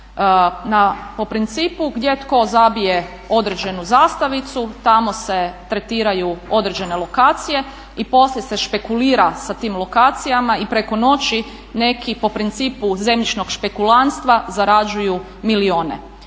po principu gdje tko zabije određenu zastavicu tamo se tretiraju određene lokacije i poslije se špekulira sa tim lokacijama i preko noći neki po principu zemljišnog špekulantstva zarađuju milijune.